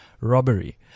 robbery